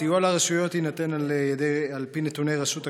הסיוע לרשויות יינתן על פי נתוני רשות הכבאות.